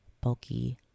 bulky